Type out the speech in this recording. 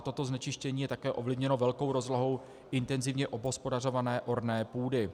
Toto znečištění je také ovlivněno velkou rozlohou intenzivně obhospodařované orné půdy.